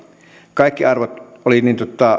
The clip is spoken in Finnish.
kaikki arvot olivat